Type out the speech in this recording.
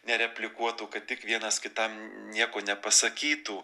nereplikuotų kad tik vienas kitam nieko nepasakytų